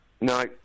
No